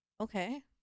Okay